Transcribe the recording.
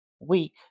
weak